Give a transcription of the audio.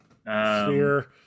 Sphere